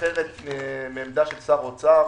אחרת מהעמדה של שר האוצר.